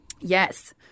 Yes